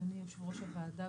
אדוני יושב ראש הוועדה,